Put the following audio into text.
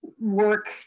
work